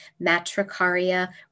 Matricaria